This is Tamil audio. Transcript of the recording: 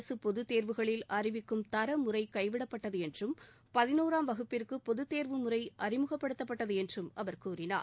அரசு பொதுத்தேர்வுகளில் அறிவிக்கும் தர முறை கைவிடப்பட்டது என்றும் பதினோராம் வகுப்பிற்கு பொதுத்தேர்வு முறை அறிமுகப்படுத்தப்பட்டது என்றும் அவர் கூறினார்